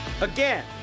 Again